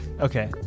Okay